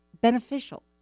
beneficial